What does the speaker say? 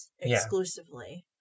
exclusively